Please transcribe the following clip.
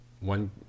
one